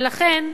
ולכן,